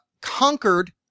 conquered